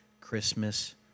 Christmas